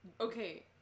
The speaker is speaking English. Okay